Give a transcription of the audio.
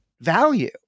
value